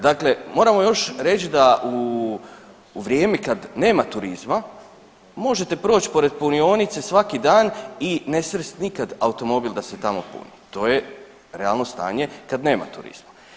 Dakle, moramo još reć da u, u vrijeme kad nema turizma možete proć pored punionice svaki dan i ne srest nikad automobil da se tamo puni, to je realno stanje kad nema turista.